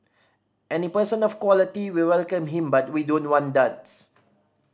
any person of quality we welcome him but we don't want duds